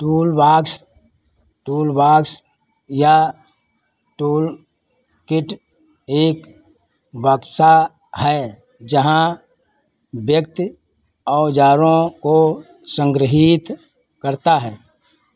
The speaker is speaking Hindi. टूलबॉक्स टूलबॉक्स या टूलकिट टूलकिट एक बक्सा है जहाँ व्यक्ति औजारों को संगृहीत करता है